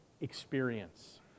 experience